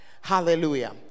Hallelujah